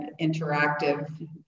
interactive